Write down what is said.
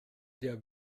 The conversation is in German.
der